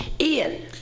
Ian